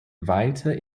weiter